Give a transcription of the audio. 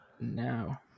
Now